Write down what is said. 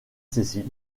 cécile